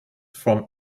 from